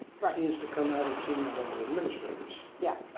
right. seems to come out of senior level administrators. yeah.